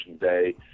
day